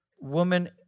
woman